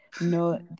no